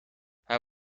hij